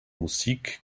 musik